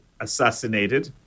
assassinated